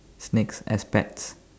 snakes as pets